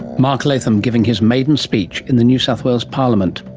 mark latham giving his maiden speech in the new south wales parliament.